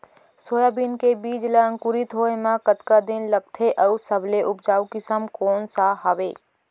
Soybean के बीज ला अंकुरित होय म कतका दिन लगथे, अऊ सबले उपजाऊ किसम कोन सा हवये?